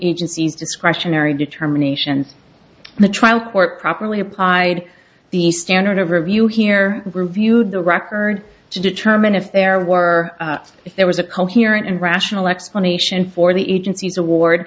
agencies discretionary determination the trial court properly applied the standard of review here reviewed the record to determine if there were if there was a coherent and rational explanation for the agency's award